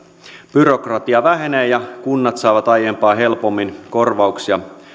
byrokratia vähenee ja kunnat saavat aiempaa helpommin korvauksia